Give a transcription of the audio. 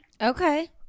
Okay